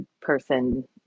person